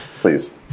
Please